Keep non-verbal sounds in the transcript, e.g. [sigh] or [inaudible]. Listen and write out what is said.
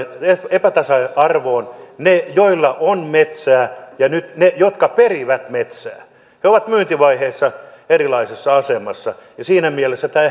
epätasa arvoon ne joilla on metsää ja nyt ne jotka perivät metsää he ovat myyntivaiheessa erilaisessa asemassa siinä mielessä tämä [unintelligible]